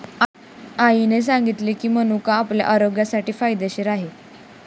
आईने सांगितले की, मनुका आपल्या आरोग्यासाठी फायदेशीर आहे